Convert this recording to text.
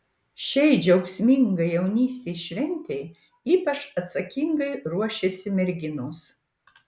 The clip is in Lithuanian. šiai džiaugsmingai jaunystės šventei ypač atsakingai ruošiasi merginos